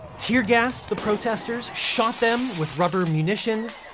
tear gassed the protesters, shot them with rubber munitions,